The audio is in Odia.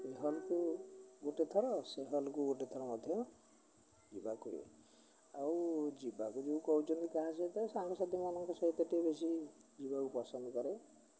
ଏ ହଲକୁ ଗୋଟେ ଥର ସେ ହଲକୁ ଗୋଟେ ଥର ମଧ୍ୟ ଯିବାକୁ ଆଉ ଯିବାକୁ ଯେଉଁ କହୁଛନ୍ତି କାହା ସହିତ ସାଙ୍ଗସାଥିମାନଙ୍କ ସହିତ ଟିକେ ବେଶୀ ଯିବାକୁ ପସନ୍ଦ କରେ